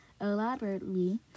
Elaborately